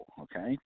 okay